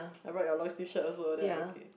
I brought your long sleeve shirt also then I okay